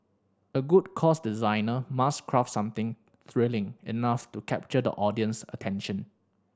a good course designer must craft something thrilling enough to capture the audience's attention